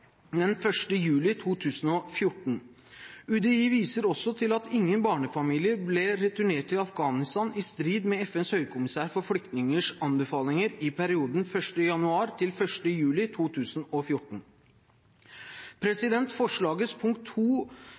juli 2014. UDI viser også til at ingen barnefamilier ble returnert til Afghanistan i strid med FNs høykommissær for flyktningers anbefalinger i perioden 1. januar–1. juli 2014. Forslagets punkt